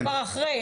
אני כבר אחרי.